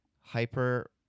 hyper –